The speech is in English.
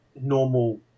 normal